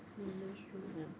mm that is true